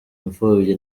imfubyi